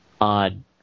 odd